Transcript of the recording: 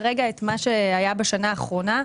את מה שהיה בשנה האחרונה,